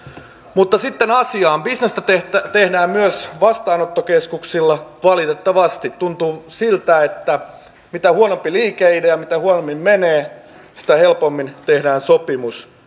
mutta sitten asiaan bisnestä tehdään myös vastaanottokeskuksilla valitettavasti tuntuu siltä että mitä huonompi liikeidea ja mitä huonommin menee sitä helpommin tehdään sopimus